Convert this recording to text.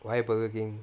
why Burger King